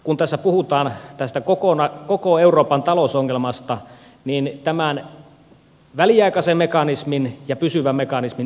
kun tässä puhutaan tästä koko euroopan talousongelmasta haluan ottaa vielä esille tämän väliaikaisen mekanismin ja pysyvän mekanismin yhteensovittamisen